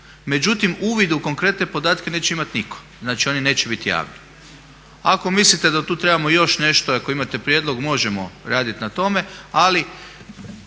međutim uvid u konkretne podatke neće imati nitko. Znači, oni neće biti javni. Ako mislite da tu trebamo još nešto i ako imate prijedlog možemo raditi na tome, ali